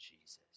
Jesus